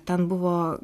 ten buvo